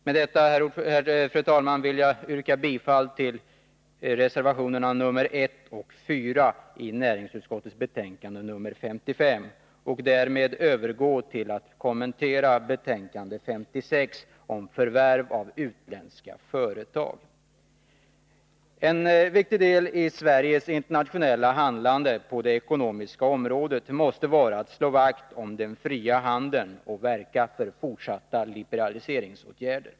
Med detta, fru talman, vill jag yrka bifall till reservationerna 1 och 4 vid näringsutskottets betänkande nr 55. Därmed övergår jag till att kommentera näringsutskottets betänkande nr 56 om utländska förvärv av svenska företag. En viktig del i Sveriges internationella handlande på det ekonomiska området måste vara att slå vakt om den fria handeln och verka för fortsatta liberaliseringsåtgärder.